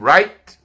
Right